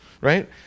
right